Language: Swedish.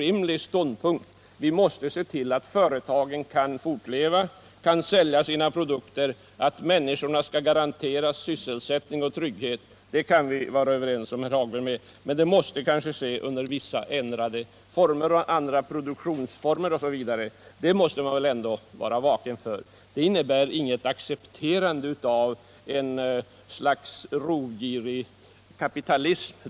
Vi kan vara överens om, herr Hagberg, att människorna skall garanteras sysselsättning och trygghet, men det måste kanske ske under delvis ändrade former, med andra produktionsformer osv. Det måste man väl ändå vara vaken för! Det innebär inget accepterande av ett slags rovgirig kapitalism.